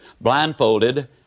blindfolded